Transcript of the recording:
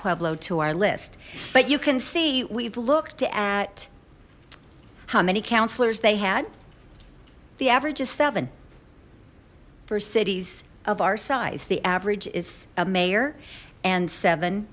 pueblo to our list but you can see we've looked at how many counselors they had the average is seven four cities of our size the average is a mayor and seven